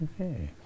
Okay